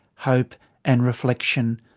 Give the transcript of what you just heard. hope and reflection,